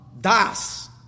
Das